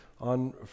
on